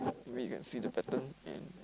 maybe we can see the pattern and